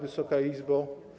Wysoka Izbo!